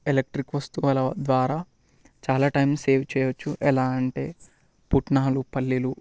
electric వస్తువుల ద్వారా చాలా టైం సేవ్ చేయొచ్చు ఎలా అంటే పుట్నాలు పల్లీలు